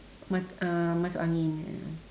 mus~ uh masuk angin ya